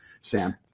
Sam